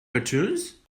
cartoons